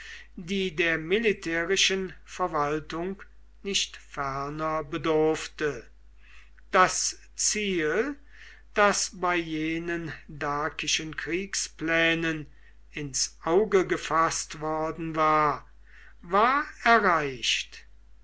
die der militärischen verwaltung nicht ferner bedurfte das ziel das bei jenen dakischen kriegsplänen ins auge gefaßt worden war war erreicht